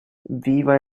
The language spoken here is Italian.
viva